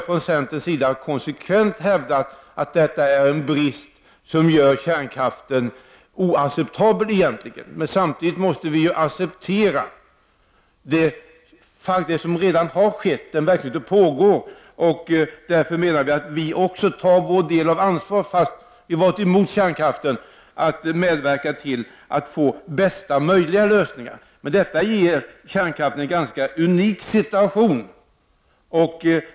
Från centerns sida har vi konsekvent hävdat att detta är en brist som egentligen gör kärnkraften oacceptabel. Samtidigt måste vi dock acceptera det som redan har skett och den verksamhet som pågår. Vi menar därför att vi också tar vår del av ansvaret, fastän vi har varit emot kärnkraften, när det gäller att medverka till att få bästa möjliga lösning. Detta ger emellertid kärnkraften en ganska unik situation.